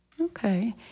Okay